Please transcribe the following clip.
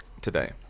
today